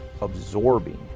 absorbing